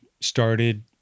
started